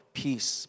peace